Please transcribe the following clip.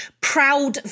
proud